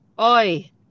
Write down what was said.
Oi